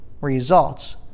results